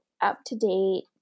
up-to-date